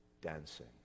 dancing